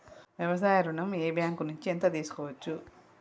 వ్యవసాయ ఋణం ఏ బ్యాంక్ నుంచి ఎంత తీసుకోవచ్చు?